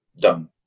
done